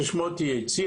ששמו THC,